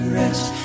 rest